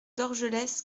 dorgelès